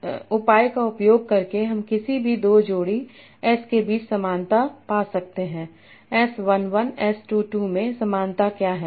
इसलिए इस उपाय का उपयोग करके हम किसी भी दो जोड़ी s के बीच समानता पा सकते हैं s1 1 s 2 2 में समानता क्या है